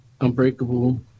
Unbreakable